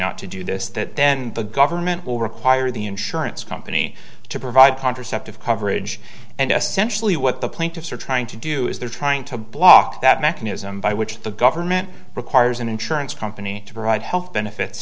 not to do this that then the government will require the insurance company to provide contraceptive coverage and sensually what the plaintiffs are trying to do is they're trying to block that mechanism by which the government requires an insurance company to provide health benefits